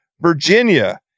Virginia